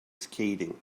scathing